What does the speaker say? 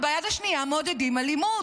וביד השנייה מעודדים אלימות,